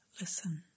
listen